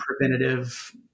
preventative